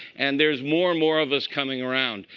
and there's more and more of us coming around.